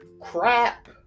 crap